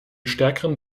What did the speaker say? stärkeren